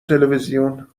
تلویزیون